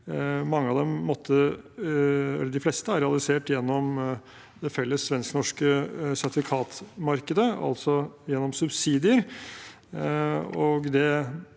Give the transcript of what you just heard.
De fleste av dem er realisert gjennom det felles svensk-norske sertifikatmarkedet, altså gjennom subsidier,